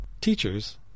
teachers